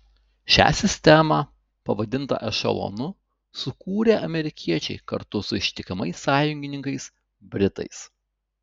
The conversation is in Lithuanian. šią sistemą pavadintą ešelonu sukūrė amerikiečiai kartu su ištikimais sąjungininkais britais